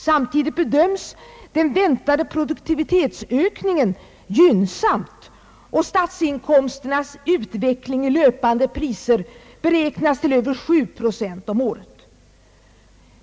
Samtidigt bedöms den väntade produktivitetsökningen gynnsamt, och statsinkomsternas utveckling i löpande priser beräknas till över 7 procent om året.